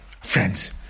friends